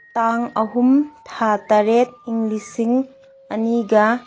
ꯇꯥꯡ ꯑꯍꯨꯝ ꯊꯥ ꯇꯔꯦꯠ ꯏꯪ ꯂꯤꯁꯤꯡ ꯑꯅꯤꯒ